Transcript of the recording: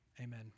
Amen